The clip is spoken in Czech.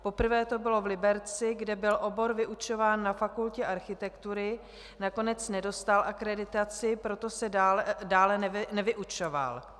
Poprvé to bylo v Liberci, kde byl obor vyučován na Fakultě architektury, nakonec nedostal akreditaci, proto se dále nevyučoval.